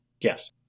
Yes